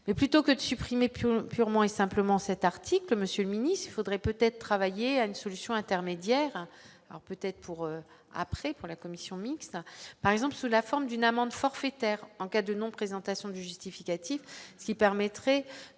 mais plutôt que de supprimer plus purement et simplement cet article Monsieur Münich, faudrait peut-être travailler à une solution intermédiaire, alors peut-être pour après, pour la Commission mixte par exemple sous la forme d'une amende forfaitaire en cas de non-présentation du justificatif, ce qui permettrait